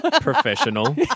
Professional